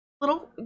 little